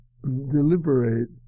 deliberate